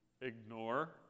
ignore